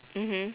mmhmm